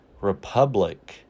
republic